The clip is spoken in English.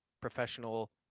professional